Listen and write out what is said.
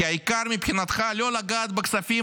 כי העיקר מבחינתך לא לגעת בכספים